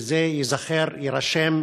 וזה ייזכר ויירשם